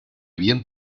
bien